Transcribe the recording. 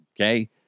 okay